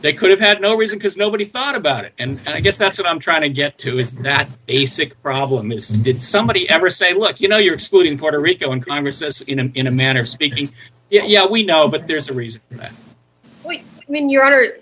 they could have had no reason because nobody thought about it and i guess that's what i'm trying to get to is that's a sick problem is did somebody ever say look you know you're excluding puerto rico and congress as you know in a manner of speaking yeah we know but there's a reason we mean you